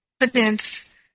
evidence